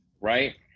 right